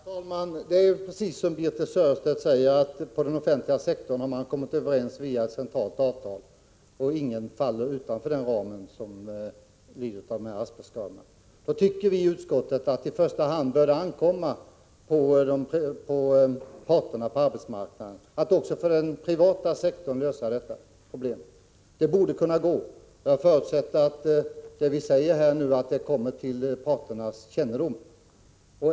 Herr talman! Det är precis som Birthe Sörestedt säger, att på den offentliga sektorn har man kommit överens via ett centralt avtal om dessa asbestskador, där ingen faller utanför ramen. I utskottet tycker vi att det i första hand bör ankomma på parterna på arbetsmarknaden att också på den privata sektorn lösa detta problem. Det borde kunna gå. Jag förutsätter att det vi säger här kommer till parternas kännedom.